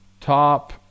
Top